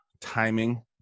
timing